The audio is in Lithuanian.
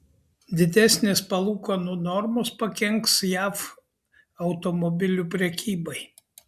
didesnės palūkanų normos pakenks jav automobilių prekybai